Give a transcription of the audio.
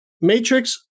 Matrix